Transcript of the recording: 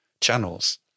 channels